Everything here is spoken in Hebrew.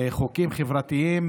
חוקים חברתיים.